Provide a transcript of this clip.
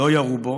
לא ירו בו,